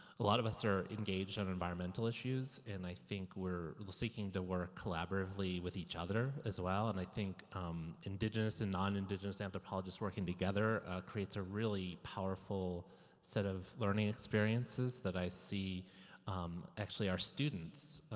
a lot of us are engaged on environmental issues and i think we're seeking to work collaboratively with each other as well. and i think indigenous and non-indigenous anthropologists working together creates a really powerful set of learning experiences that i see actually are students